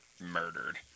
murdered